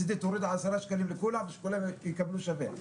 מצידי תוריד עשרה שקלים ושכולם יקבלו שווה.